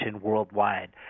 worldwide